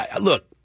look